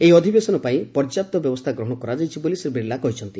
ଏହି ଅଧିବେଶନ ପାଇଁ ପର୍ଯ୍ୟପ୍ତ ବ୍ୟବସ୍ଥା ଗ୍ରହଣ କରାଯାଇଛି ବୋଲି ଶ୍ରୀ ବିର୍ଲା କହିଛନ୍ତି